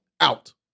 out